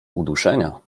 uduszenia